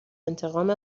انتقام